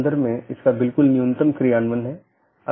अन्यथा पैकेट अग्रेषण सही नहीं होगा